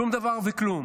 שום דבר וכלום.